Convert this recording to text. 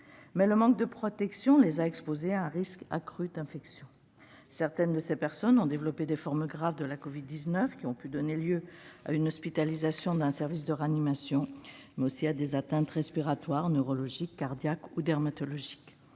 Mais le manque de protections les a exposés à un risque accru d'infection. Certaines de ces personnes ont développé des formes graves de la Covid-19 qui ont pu donner lieu à une hospitalisation dans un service de réanimation, mais aussi à des atteintes respiratoires, neurologiques, cardiaques ou dermatologiques.